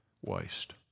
waste